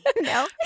no